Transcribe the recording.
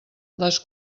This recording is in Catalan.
les